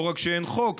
לא רק שאין חוק,